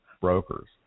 brokers